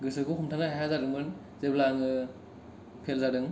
गोसोखौ हमथानो हाया जादोंमोन जेब्ला आङो फेल जादों